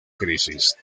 crisis